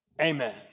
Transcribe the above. Amen